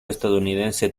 estadounidense